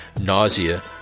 Nausea